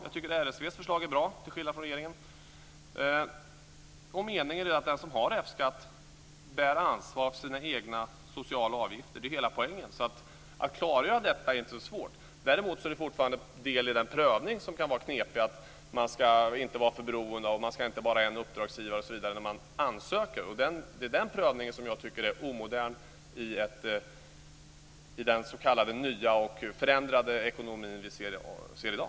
Jag tycker att RSV:s förslag är bra, till skillnad från regeringen. Meningen är att den som har F-skatt ansvarar för sina egna sociala avgifter. Det är hela poängen. Att klargöra detta är inte så svårt. Däremot kan fortfarande den prövning som görs vara knepig. Man ska inte vara för beroende, man ska inte ha bara en uppdragsgivare osv. när man ansöker. Det är den prövningen som jag tycker är omodern i den s.k. nya och förändrade ekonomi vi ser i dag.